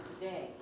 today